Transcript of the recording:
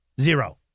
zero